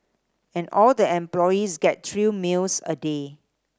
and all the employees get three meals a day